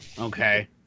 Okay